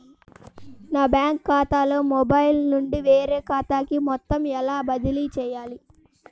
నా బ్యాంక్ ఖాతాలో మొబైల్ నుండి వేరే ఖాతాకి మొత్తం ఎలా బదిలీ చేయాలి?